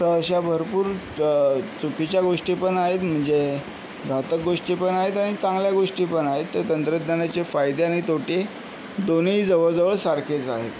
तर अशा भरपूर च चुकीच्या गोष्टी पण आहेत म्हणजे घातक गोष्टी पण आहेत आणि चांगल्या गोष्टी पण आहेत ते तंत्रज्ञानाचे फायदे आणि तोटे दोन्ही जवळजवळ सारखेच आहेत